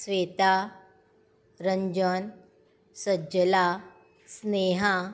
Sweta Ranjan Sajjala Sneha